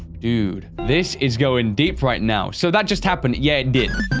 dude this is going deep right now so that just happened. yeah, it did